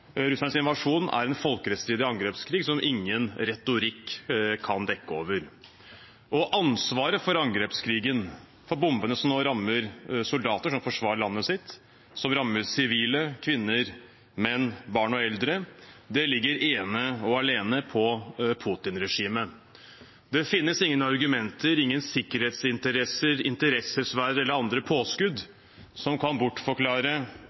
invasjon er en folkerettsstridig angrepskrig som ingen retorikk kan dekke over. Ansvaret for angrepskrigen, for bombene som nå rammer soldater som forsvarer landet sitt, som rammer sivile, kvinner, menn, barn og eldre, ligger ene og alene på Putin-regimet. Det finnes ingen argumenter, ingen sikkerhetsinteresser, interessesfærer eller andre påskudd som kan bortforklare